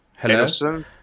Hello